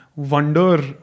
wonder